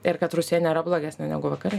ir kad rusija nėra blogesnė negu vakarų